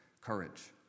courage